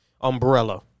umbrella